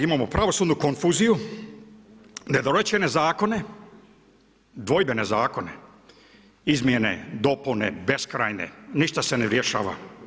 Imamo pravosudnu konfuziju, nedorečene zakone, dvojbene zakone, izmjene, dopune beskrajne, ništa se ne rješava.